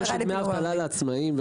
אבטלה לעצמאים,